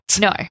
No